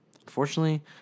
unfortunately